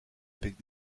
avec